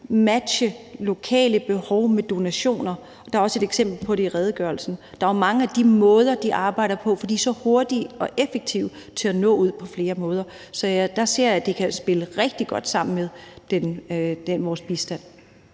matche lokale behov med donationer. Der er også et eksempel på det i redegørelsen. Der er mange af de måder, de arbejder på, som er hurtige og effektive til at nå ud på flere måder. Så der ser jeg at det kan spille rigtig godt sammen med vores bistand.